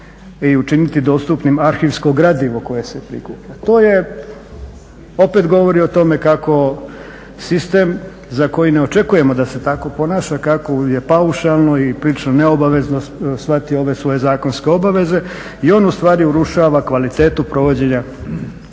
i učiniti dostupnim arhivsko gradivo koje se prikuplja. To opet govori o tome kako sistem za koji ne očekujemo da se tako ponaša kako je paušalno i priča neobavezno shvati ove svoje zakonske obaveze i on urušava kvalitetu provođenja